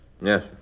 Yes